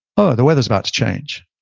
oh, the weather's about to change.